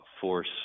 force